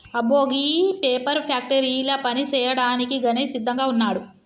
అబ్బో గీ పేపర్ ఫ్యాక్టరీల పని సేయ్యాడానికి గణేష్ సిద్దంగా వున్నాడు